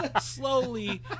slowly